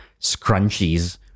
scrunchies